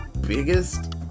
biggest